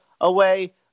away